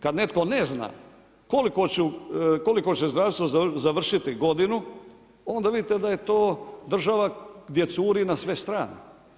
Kada netko ne zna koliko će zdravstvo završiti godinu onda vidite da je to država gdje curi na sve strane.